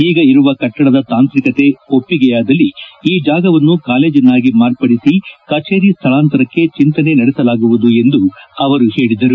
ಈಗ ಇರುವ ಕಟ್ಟಡದ ತಾಂತ್ರಿಕತೆ ಒಪ್ಪಿಗೆಯಾದಲ್ಲಿ ಈ ಜಾಗವನ್ನು ಕಾಲೇಜನ್ನಾಗಿ ಮಾರ್ಪಡಿಸಿ ಕಛೇರಿ ಸ್ಥಳಾಂತರಕ್ಕೆ ಚಂತನೆ ನಡೆಸಲಾಗುವುದು ಎಂದು ಅವರು ಹೇಳಿದರು